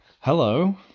Hello